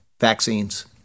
vaccines